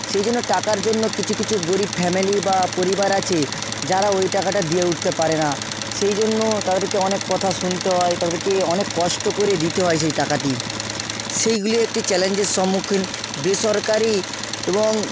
সেই জন্য টাকার জন্য কিছু কিছু গরীব ফ্যামেলি বা পরিবার আছে যারা ওই টাকাটা দিয়ে উঠতে পারে না সেই জন্য তাদেরকে অনেক কথা শুনতে হয় তাদেরকে অনেক কষ্ট করে দিতে হয় সেই টাকাটি সেইগুলি একটি চ্যালেঞ্জের সম্মুখীন বেসরকারি এবং